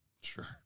Sure